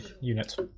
unit